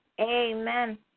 Amen